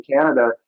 Canada